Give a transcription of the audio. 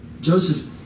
Joseph